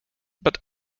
but